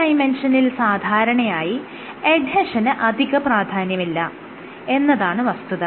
3D നിൽ സാധാരണയായി എഡ്ഹെഷനിന് അധികപ്രാധാന്യമില്ല എന്നതാണ് വസ്തുത